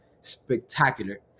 spectacular